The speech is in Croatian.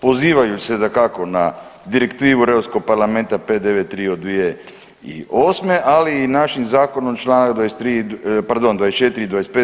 Pozivajući se dakako na Direktivu Europskog parlamenta 593 od 2008., ali i našim zakonom Članak 23., pardon 24. i 25.